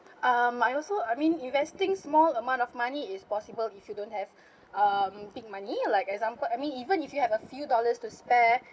um I also I mean investing small amount of money is possible if you don't have um big money like example I mean even if you have a few dollars to spare